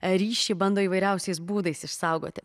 ryšį bando įvairiausiais būdais išsaugoti